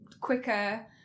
quicker